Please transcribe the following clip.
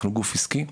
אנחנו גוף עסקי.